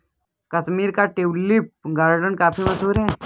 कश्मीर का tulip garden काफी मशहूर है